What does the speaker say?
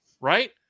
right